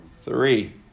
three